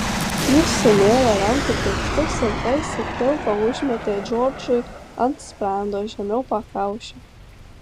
jis sunėrė rankų pirštus ir tarsi kilpą užmetė džordžui ant sprando žemiau pakaušio